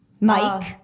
Mike